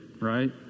right